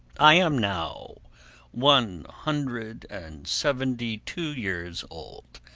i am now one hundred and seventy-two years old,